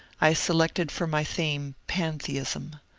i selected for my theme pantheism.